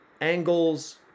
angles